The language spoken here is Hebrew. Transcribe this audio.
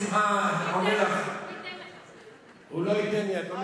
הוא לא ייתן לי לענות.